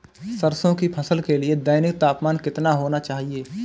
सरसों की फसल के लिए दैनिक तापमान कितना होना चाहिए?